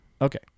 Okay